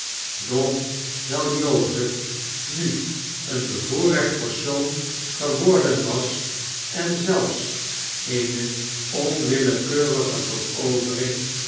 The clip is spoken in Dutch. doch wyl jozef nu een bevoorrecht persoon geworden was en zelfs eene onwillekeurige